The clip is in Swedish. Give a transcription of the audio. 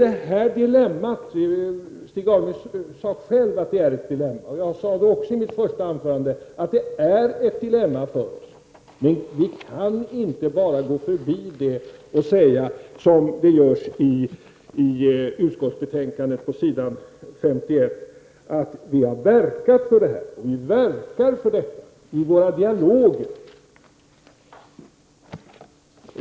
Stig Alemyr sade själv att det är ett dilemma, och jag sade också i mitt första anförande att det är ett dilemma för oss. Men vi kan inte bara gå förbi det och säga, som det görs i utskottsbetänkandet på s. 51, att vi verkar för demokratimålet i våra dialoger.